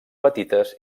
petites